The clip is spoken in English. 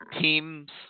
teams